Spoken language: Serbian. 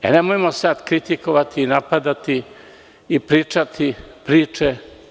Nemojmo sad kritikovati, napadati i pričati priče.